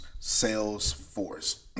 Salesforce